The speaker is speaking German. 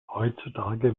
heutzutage